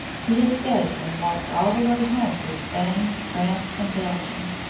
he escaped and walked all the way home through spain, france, and belgium.